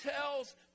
tells